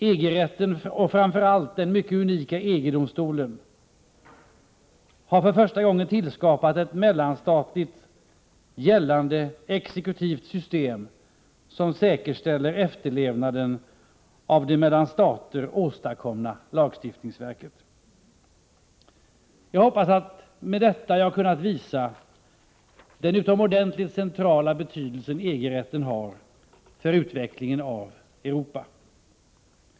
EG-rätten och framför allt den mycket unika EG-domstolen har för första gången tillskapat ett mellan statligt gällande exekutivt system som säkerställer efterlevnaden av det mellan stater åstadkomna lagstiftningsverket. Jag hoppas att jag med detta har kunnat visa den utomordentligt centrala betydelse EG-rätten har för utvecklingen av Europa.